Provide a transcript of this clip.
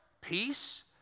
peace